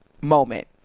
moment